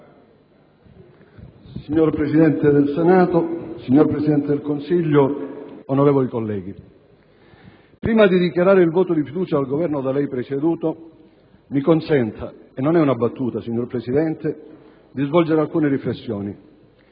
Signor Presidente del Senato, signor Presidente del Consiglio, onorevoli colleghi, prima di dichiarare il voto di fiducia al Governo da lei presieduto, mi consenta - e non è una battuta, signor Presidente - di svolgere alcune riflessioni.